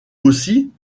aussi